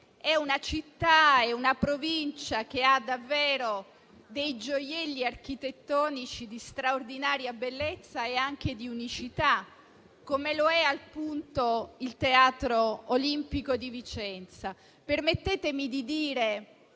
di Vicenza e la provincia hanno davvero dei gioielli architettonici di straordinaria bellezza e anche di unicità, come lo è appunto il Teatro Olimpico di Vicenza. Permettetemi di dire